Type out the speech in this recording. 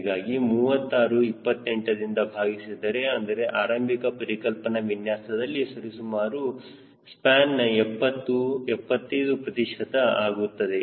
ಹೀಗಾಗಿ 36 28ದಿಂದ ಭಾಗಿಸಿದರೆ ಅಂದರೆ ಆರಂಭಿಕ ಪರಿಕಲ್ಪನಾ ವಿನ್ಯಾಸದಲ್ಲಿ ಸರಿಸುಮಾರು ಸ್ಪ್ಯಾನ್ನ 70 75 ಪ್ರತಿಶತ ಆಗುತ್ತದೆ